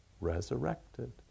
resurrected